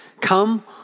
Come